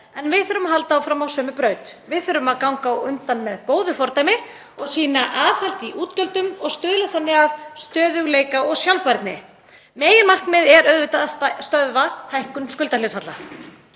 en við þurfum að halda áfram á sömu braut. Við þurfum að ganga á undan með góðu fordæmi og sýna aðhald í útgjöldum og stuðla þannig að stöðugleika og sjálfbærni. Meginmarkmið er auðvitað að stöðva hækkun skuldahlutfalla.